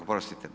Oprostite.